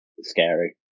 scary